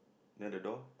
near the door